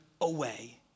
away